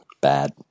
bad